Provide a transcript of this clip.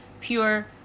pure